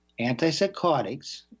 antipsychotics